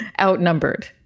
outnumbered